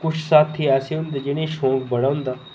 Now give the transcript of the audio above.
किश साथी ऐसे होंदे जि'नेंगी शौक बड़ा होंदा